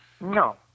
No